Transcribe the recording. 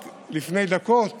רק לפני דקות